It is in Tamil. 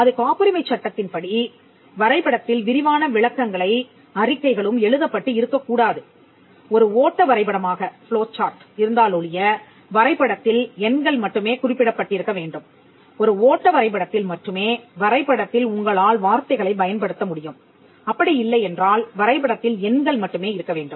அது காப்புரிமைச் சட்டத்தின் படி வரைபடத்தில் விரிவான விளக்கங்களை அறிக்கைகளும் எழுதப்பட்டு இருக்கக்கூடாது ஒரு ஓட்ட வரைபடமாக இருந்தாலொழிய வரைபடத்தில் எண்கள் மட்டுமே குறிப்பிடப்பட்டிருக்க வேண்டும் ஒரு ஓட்ட வரைபடத்தில் மட்டுமே வரைபடத்தில் உங்களால் வார்த்தைகளை பயன்படுத்த முடியும் அப்படி இல்லை என்றால் வரைபடத்தில் எண்கள் மட்டுமே இருக்க வேண்டும்